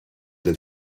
del